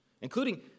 including